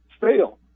fail